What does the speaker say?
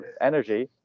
energy